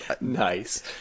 Nice